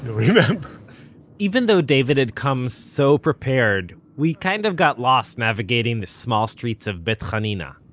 remember even though david had come so prepared, we kind of got lost navigating the small streets of beit hanina,